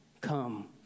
Come